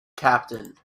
captain